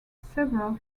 several